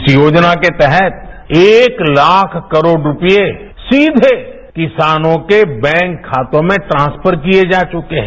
इस योजना के तहत एक लाख करोड़ रुपये सीधे किसानों के बैंक खातों में ट्रांसफर किए जा चुके हैं